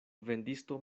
vendisto